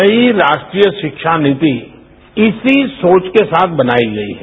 नई राष्ट्रीय शिक्षा नीति इसी सोच के साथ बनाई गई है